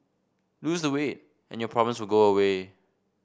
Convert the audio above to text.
lose the weight and your problems will go away